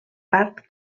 part